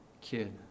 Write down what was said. kid